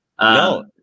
no –